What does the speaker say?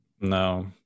No